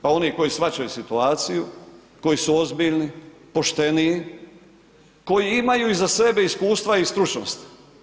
Pa oni koji shvaćaju situaciju, koji su ozbiljni, pošteniji, koji imaju iza sebe iskustva i stručnost.